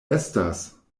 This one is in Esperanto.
estas